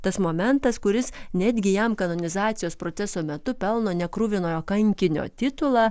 tas momentas kuris netgi jam kanonizacijos proceso metu pelno nekruvinojo kankinio titulą